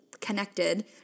Connected